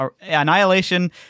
Annihilation